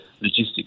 logistics